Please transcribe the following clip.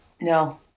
No